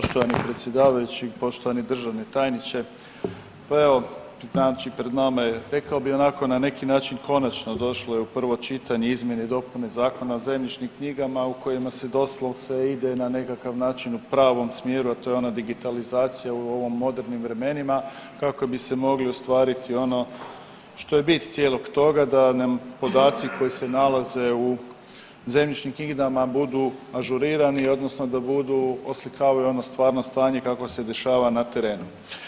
Poštovani predsjedavajući, poštovani državni tajniče pa evo znači pred nama je rekao bih onako na neki način konačno došlo je u prvo čitanje izmjene i dopune Zakona o zemljišnim knjigama u kojima se doslovce ide na nekakav način u pravom smjeru, a to je ona digitalizacija u ovim modernim vremenima kako bi se moglo ostvariti ono što je bit cijelog toga da nam podaci koji se nalaze u zemljišnim knjigama budu ažurirani odnosno da budu oslikavaju ono stvarno stanje kako se dešava na terenu.